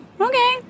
okay